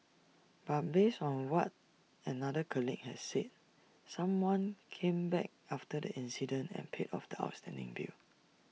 but based on what another colleague had said someone came back after the incident and paid off the outstanding bill